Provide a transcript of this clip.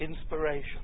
inspiration